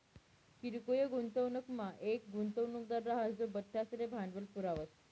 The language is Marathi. किरकोय गुंतवणूकमा येक गुंतवणूकदार राहस जो बठ्ठासले भांडवल पुरावस